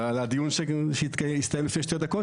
על הדיון שהסתיים לפני שתי דקות,